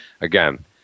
Again